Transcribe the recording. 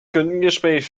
kundengespräch